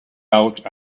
out